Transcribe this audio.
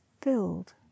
filled